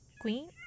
Queen